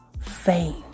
fame